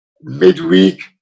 Midweek